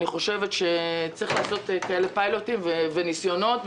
חושבת שצריך לעשות כאלה פיילוטים וניסיונות,